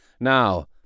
Now